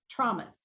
traumas